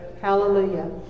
Hallelujah